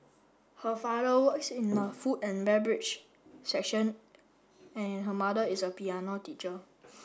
her father works in the food and beverage section and her mother is a piano teacher